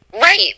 Right